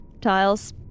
tiles